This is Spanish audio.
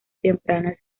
tempranas